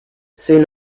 soon